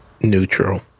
Neutral